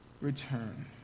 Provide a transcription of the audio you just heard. return